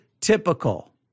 typical